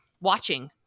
watching